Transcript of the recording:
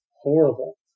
horrible